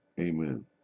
Amen